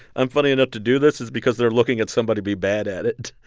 i'm funny enough to do this, it's because they're looking at somebody be bad at it.